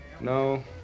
No